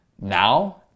Now